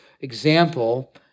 example